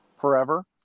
forever